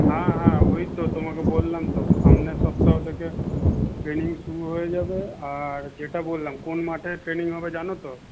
হ্যাঁ হ্যাঁ ওই তো তোমাকে বললাম তো সামনের সপ্তাহ থেকে ট্রেনিং শুরু হয়ে যাবে আর যেটা বললাম কোন মাঠে ট্রেনিং হবে জানো তো